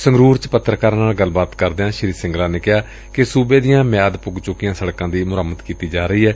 ਸੰਗਰੁਰ ਚ ਪੱਤਰਕਾਰਾਂ ਨਾਲ ਗੱਲਬਾਤ ਕਰਦਿਆਂ ਸ੍ਰੀ ਸਿੰਗਲਾ ਨੇ ਕਿਹਾ ਕਿ ਸੁਬੇ ਦੀਆਂ ਮਿਆਦ ਪੁੱਗ ਚੁੱਕੀਆਂ ਸੜਕਾਂ ਦੀ ਮੁਰੰਮਤ ਕੀਤੀ ਜਾ ਰਹੀ ਏ